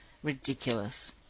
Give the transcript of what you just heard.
ridiculous!